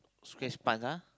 square sponge ah